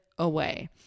away